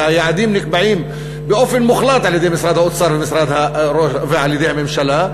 אלא היעדים נקבעים באופן מוחלט על-ידי משרד האוצר ועל-ידי הממשלה.